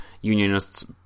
Unionists